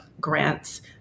grants